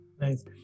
nice